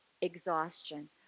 exhaustion